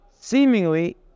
seemingly